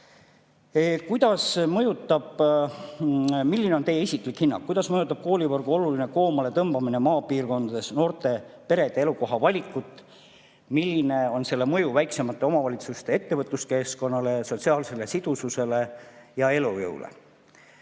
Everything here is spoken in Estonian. rääkida. "Milline on Teie isiklik hinnang, kuidas mõjutab koolivõrgu oluline koomale tõmbamine maapiirkondades noorte perede elukohavalikut, milline on selle mõju väiksemate omavalitsuste ettevõtluskeskkonnale, sotsiaalsele sidususele ja elujõule?"